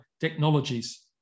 technologies